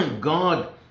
God